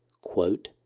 quote